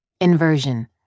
Inversion